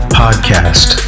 podcast